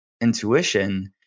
intuition